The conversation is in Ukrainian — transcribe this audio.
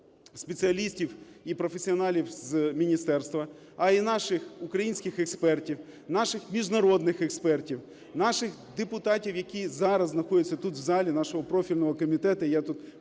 спеціалістів і професіоналів з міністерства, а і наших українських експертів, наших міжнародних експертів, наших депутатів, які зараз знаходяться тут, в залі, нашого профільного комітету.